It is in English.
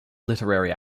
literary